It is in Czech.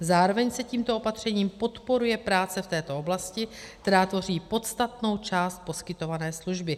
Zároveň se tímto opatřením podporuje práce v této oblasti, která tvoří podstatnou část poskytované služby.